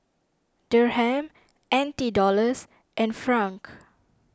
Dirham N T Dollars and Franc